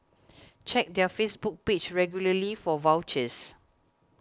check their Facebook page regularly for vouchers